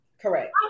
Correct